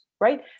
right